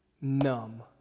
numb